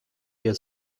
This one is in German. der